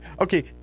Okay